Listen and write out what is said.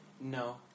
No